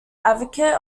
advocate